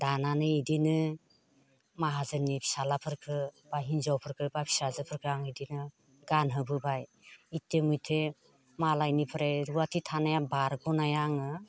दानानै बिदिनो माहाजोननि फिसाज्लाफोरखौ बा हिन्जावफोरखौ बा फिसाजोफोरखौ आं बिदिनो गानहोबोबाय इटिमयधे मालायनिफ्राय रुवाथि थानाया बारग'नाया आङो